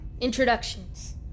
introductions